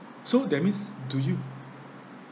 so that means do you